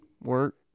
Work